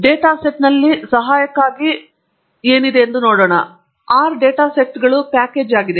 data ಸೆಟ್ಗಳಲ್ಲಿ ಸಹಾಯಕ್ಕಾಗಿ ನಾವು ಕೇಳೋಣ ಮತ್ತು ಅದು ಹೇಳುತ್ತದೆ R ಡೇಟಾ ಸೆಟ್ಗಳು ಪ್ಯಾಕೇಜ್ ಆಗಿದೆ